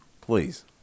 Please